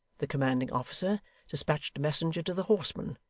the commanding-officer despatched a messenger to the horsemen,